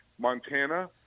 Montana